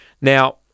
Now